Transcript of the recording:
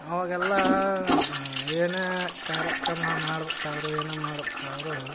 ಅವಾಗೆಲ್ಲ ಏನೇ ಕಾರ್ಯಕ್ರಮ ಮಾಡಬೇಕಾದ್ರೂ ಏನ ಮಾಡಬೇಕಾದ್ರೂ